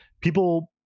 people